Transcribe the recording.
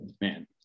man